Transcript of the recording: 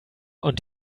und